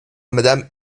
madame